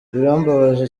birambabaje